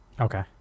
Okay